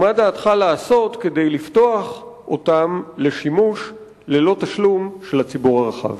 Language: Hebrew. ומה בדעתך לעשות כדי לפתוח אותם לשימוש ללא תשלום של הציבור הרחב?